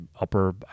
upper